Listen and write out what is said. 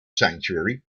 sanctuary